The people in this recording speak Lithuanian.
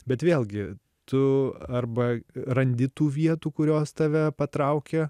bet vėlgi tu arba randi tų vietų kurios tave patraukia